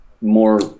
more